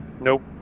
Nope